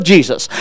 Jesus